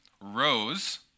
rose